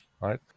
right